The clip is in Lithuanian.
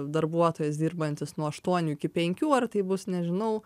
darbuotojas dirbantis nuo aštuonių iki penkių ar tai bus nežinau